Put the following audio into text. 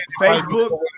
Facebook